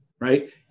right